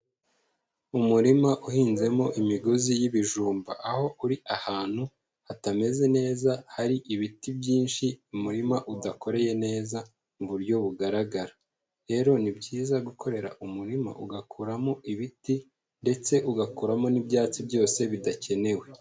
Umurima uhinzemo imigozi y'ibijumba aho uri ahantu hatameze neza hari ibiti byinshi umurima udakoreye neza mu buryo bugaragara, rero ni byiza gukorera umurima ugakuramo ibiti ndetse ugakuramo n'ibyatsi byose bidakenewe.